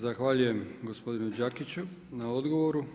Zahvaljujem gospodinu Đakiću na odgovoru.